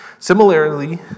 Similarly